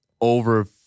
over